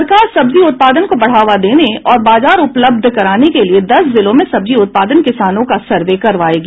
सरकार सब्जी उत्पादन को बढ़ावा देने और बाजार उपलब्ध कराने के लिये दस जिलों में सब्जी उत्पादक किसानों का सर्वे करवायेगी